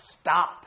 stop